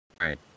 Right